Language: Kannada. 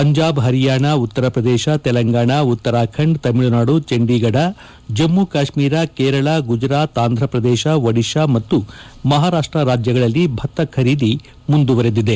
ಪಂಜಾಬ್ ಹರಿಯಾಣ ಉತ್ತರಪ್ರದೇಶ ತೆಲಂಗಾಣ ಉತ್ತರಾಖಂಡ ತಮಿಳುನಾದು ಚಂಡೀಗಧ ಜಮ್ಮು ಕಾಶ್ಮೀರ ಕೇರಳ ಗುಜರಾತ್ ಆಂಧ್ರಪ್ರದೇಶ ಒಡಿಶಾ ಮತ್ತು ಮಹಾರಾಷ್ಟ ರಾಜ್ಯಗಳಲ್ಲಿ ಭತ್ತ ಖರೀದಿ ಮುಂದುವರೆದಿದೆ